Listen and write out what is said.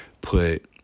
put